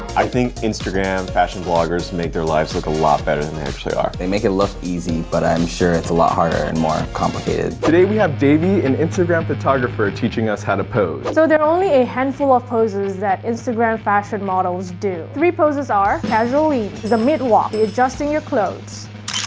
i think instagram fashion bloggers make their lives look a lot better than they actually are. they make it look easy but i'm sure it's a lot harder and more complicated. today we have devy, an instagram photographer teaching us how to pose. so there are only a handful of poses that instagram fashion models do. the three poses are casual lean, the mid-walk, the adjusting your clothes.